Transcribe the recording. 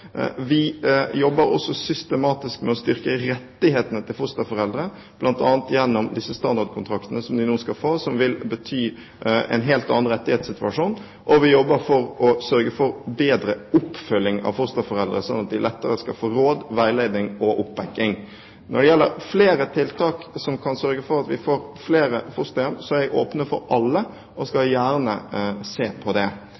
Vi jobber også systematisk med å styrke rettighetene til fosterforeldre, bl.a. gjennom standardkontraktene de nå skal få, og som vil bety en helt annen rettighetssituasjon. Vi jobber for å sørge for en bedre oppfølging av fosterforeldre, slik at de lettere får råd, veiledning og oppbakking. Når det gjelder flere tiltak som kan sørge for at vi får flere fosterhjem, er jeg åpen for alle, og jeg ser gjerne på det.